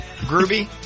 Groovy